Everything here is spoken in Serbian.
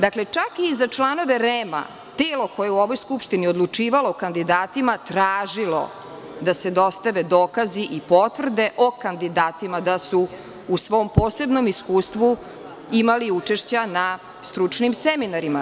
Dakle, čak i za članove REM, telo koje je u ovoj Skupštini odlučivalo o kandidatima, tražilo da se dostave dokazi i potvrde o kandidatima da su u svom posebnom iskustvu imali učešća na stručnim seminarima.